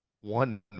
One